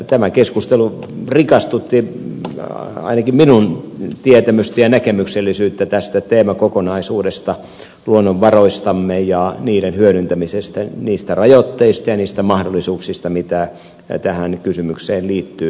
tämä keskustelu rikastutti ainakin minun tietämystäni ja näkemyksellisyyttä tästä teemakokonaisuudesta luonnonvaroistamme ja niiden hyödyntämisestä niistä rajoitteista ja niistä mahdollisuuksista mitä tähän kysymykseen liittyy